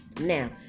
Now